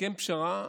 הסכם פשרה.